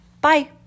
Bye